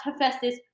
Hephaestus